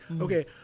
okay